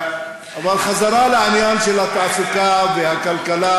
אבל בחזרה לעניין של התעסוקה והכלכלה